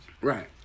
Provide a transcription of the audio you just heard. Right